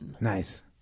Nice